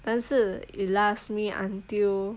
但是 it last me until